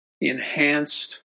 enhanced